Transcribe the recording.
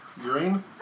green